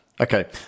Okay